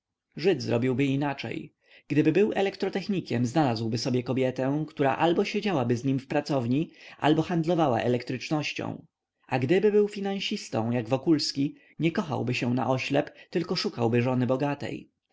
żyd zrobiłby inaczej gdyby był elektrotechnikiem znalazłby sobie kobietę która albo siedziałaby z nim w pracowni albo handlowała elektrycznością a gdyby był finansistą jak wokulski nie kochałby się naoślep tylko szukałby żony bogatej